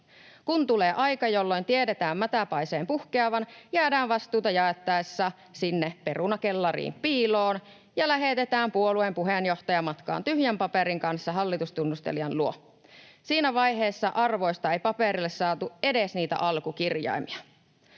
Kun tulee aika, jolloin tiedetään mätäpaiseen puhkeavan, jäädään vastuuta jaettaessa sinne perunakellariin piiloon ja lähetetään puolueen puheenjohtaja matkaan tyhjän paperin kanssa hallitustunnustelijan luo. Siinä vaiheessa arvoista ei paperille saatu edes niitä alkukirjaimia.